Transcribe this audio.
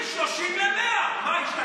מ-30 ל-100, מה, השתגעתם?